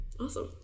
Awesome